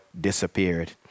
disappeared